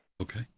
Okay